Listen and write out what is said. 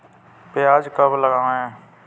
प्याज कब लगाएँ?